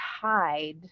hide